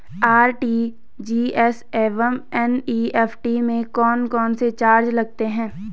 RTGS एवं NEFT में कौन कौनसे चार्ज लगते हैं?